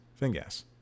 Fingas